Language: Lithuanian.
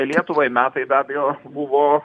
lietuvai metai be abejo buvo